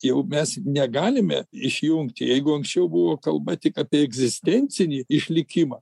jau mes negalime išjungti jeigu anksčiau buvo kalba tik apie egzistencinį išlikimą